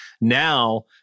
now